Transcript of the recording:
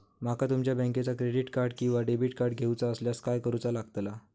माका तुमच्या बँकेचा क्रेडिट कार्ड किंवा डेबिट कार्ड घेऊचा असल्यास काय करूचा लागताला?